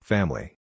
Family